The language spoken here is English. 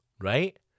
right